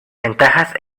ventajas